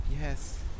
Yes